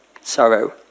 Sorrow